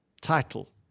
title